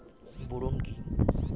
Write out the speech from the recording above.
Boron কি?